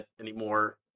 anymore